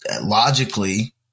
logically